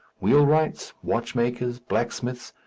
wheelwrights, watchmakers, blacksmiths,